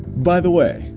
by the way,